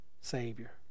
Savior